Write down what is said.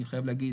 אני חייב להגיד,